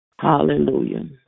Hallelujah